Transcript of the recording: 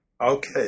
Okay